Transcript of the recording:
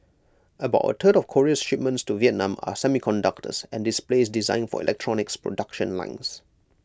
about A third of Korea's shipments to Vietnam are semiconductors and displays destined for electronics production lines